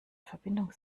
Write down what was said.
verbindung